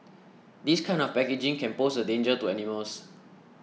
this kind of packaging can pose a danger to animals